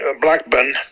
Blackburn